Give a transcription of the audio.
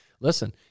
Listen